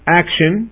action